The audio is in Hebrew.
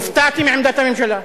אני הופתעתי מעמדת הממשלה.